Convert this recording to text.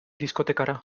diskotekara